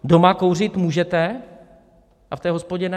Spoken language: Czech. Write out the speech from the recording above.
Doma kouřit můžete a v té hospodě ne.